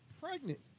pregnant